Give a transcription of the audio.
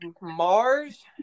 Mars